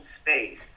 space